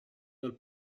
dal